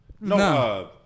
No